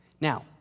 Now